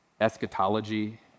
eschatology